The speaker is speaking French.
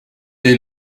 des